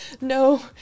No